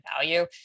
value